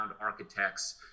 architects